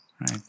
right